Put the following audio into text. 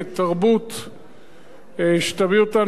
שאי-אפשר להשלים אתם ואי-אפשר לקבל אותם,